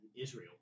Israel